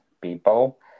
people